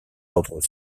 ordres